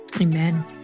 Amen